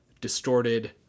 distorted